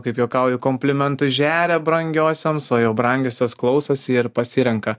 kaip juokauju komplimentus žeria brangiosioms o jau brangiosios klausosi ir pasirenka